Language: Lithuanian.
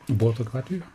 buvo tokių atvejų